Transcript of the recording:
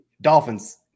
Dolphins